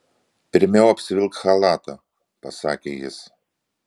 pirmiau apsivilk chalatą pasakė jis